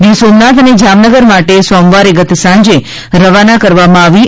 ગીરસોમનાથ અને જામનગર માટે સોમવારે ગતસાંજે રવાના કરવામાં આવી હતી